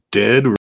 dead